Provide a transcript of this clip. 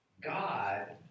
God